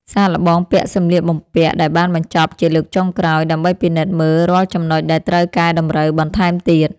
សាកល្បងពាក់សម្លៀកបំពាក់ដែលបានបញ្ចប់ជាលើកចុងក្រោយ ដើម្បីពិនិត្យមើលរាល់ចំណុចដែលត្រូវកែតម្រូវបន្ថែមទៀត។